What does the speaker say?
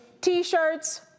T-shirts